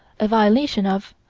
a violation of,